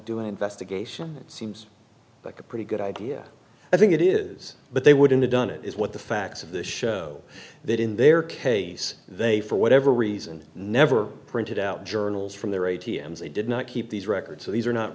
do investigation it seems like a pretty good idea i think it is but they wouldn't have done it is what the facts of the show that in their case they for whatever reason never printed out journals from their a t m they did not keep these records so these are not